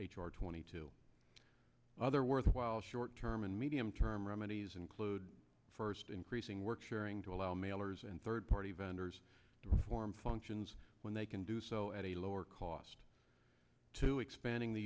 and two other worthwhile short term and medium term remedies include first increasing work sharing to allow mailers and third party vendors perform functions when they can do so at a lower cost to expanding the